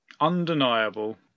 Undeniable